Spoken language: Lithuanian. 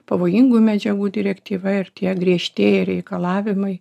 pavojingų medžiagų direktyva ir tiek griežtėja reikalavimai